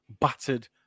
battered